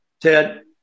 Ted